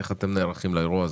איך אתם נערכים לאירוע הזה?